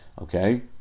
Okay